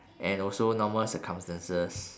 and also normal circumstances